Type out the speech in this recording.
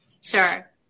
Sure